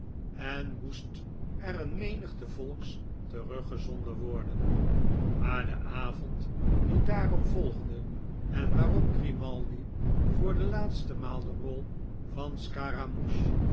en moest er eene menigte volks teruggezonden worden maar den avond die daarop volgde en waarop grimaldi voor de laatste maal de rol van scaramouche